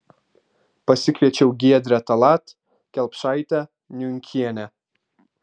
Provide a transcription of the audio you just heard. pasikviečiau giedrę tallat kelpšaitę niunkienę